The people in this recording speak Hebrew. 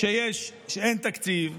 כשאין תקציב,